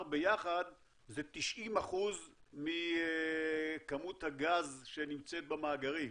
ביחד זה 90% מכמות הגז שנמצאת במאגרים.